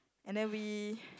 and then we